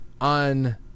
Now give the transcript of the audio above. on